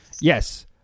yes